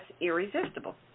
irresistible